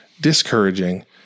discouraging